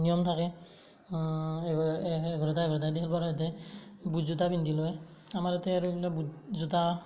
নিয়ম থাকে এঘাৰটা এঘাৰটা দি খেলবা দিয়ে এতে বুট জোতা পিন্ধি লয় আমাৰ ইয়াতে আৰু এইগিলা বুট জোতা